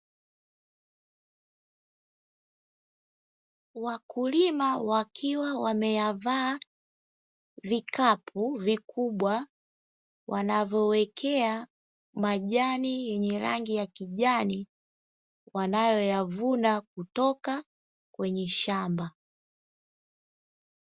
Wakulima wakiwa wameyavaa vikapu vikubwa, wanavyowekea majani yenye rangi ya kijani, wanayoyavuna kutoka kwenye shamba.